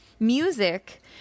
Music